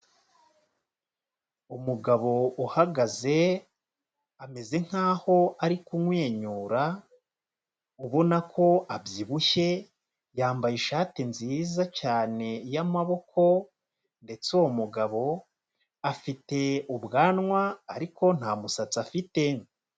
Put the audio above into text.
Umugabo uhagaze ameze nk'aho ari kumwenyura ubona ko abyibushye yambaye ishati nziza cyane y'amaboko, ndetse uwo mugabo afite ubwanwa ariko nta musatsi afite.